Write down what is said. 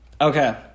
Okay